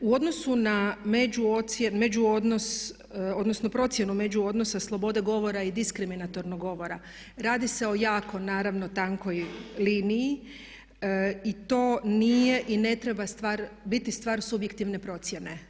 U odnosu na među odnos odnosno procjenu međuodnosa sloboda govora i diskriminatornog govora, radi se o jako naravno tankoj liniji i to nije i ne treba biti stvar subjektivne procjene.